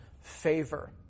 favor